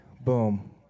boom